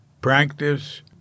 practice